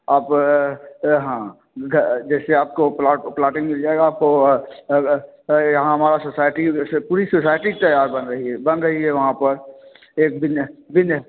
आप हाँ जैसे आपको प्लॉट प्लाटिंग मिल जाएगा आपको यहाँ हमारा सोसाइटी से पूरी सोसाइटी तैयार बन रही बन रही है वहाँ पर एक